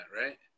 Right